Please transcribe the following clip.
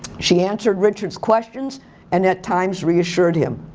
she answered richard's questions and at times reassured him.